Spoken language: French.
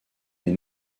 des